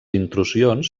intrusions